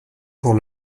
pour